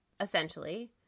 essentially